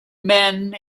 men